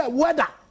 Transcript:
weather